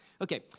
okay